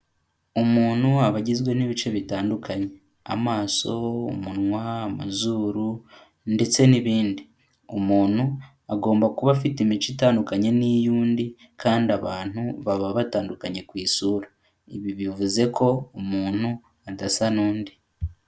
Umuntu aba agizwe n'ibice bitandukanye, amaso, umunwa, amazuru ndetse n'ibindi, umuntu agomba kuba afite imico itandukanye n'iy'undi kandi abantu baba batandukanye ku isura, ibi bivuze ko umuntu adasa n'undi.